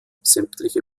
sämtliche